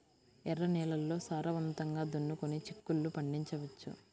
ఎర్ర నేలల్లో సారవంతంగా దున్నుకొని చిక్కుళ్ళు పండించవచ్చు